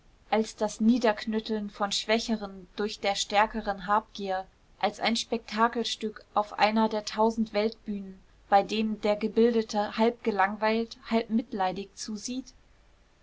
als das niederknütteln von schwächeren durch der stärkeren habgier als ein spektakelstück auf einer der tausend weltbühnen bei dem der gebildete halb gelangweilt halb mitleidig zusieht